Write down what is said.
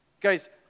Guys